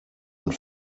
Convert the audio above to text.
und